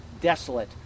desolate